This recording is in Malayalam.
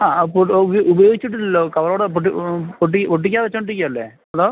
ആ ആ ഫുഡ് ഉപ ഉപയോഗിച്ചിട്ടില്ലല്ലോ കവറോടെ പൊട്ടി ഒട്ടി പൊട്ടിക്കാതെ വെച്ചോണ്ടിരിക്കല്ലേ ഹലോ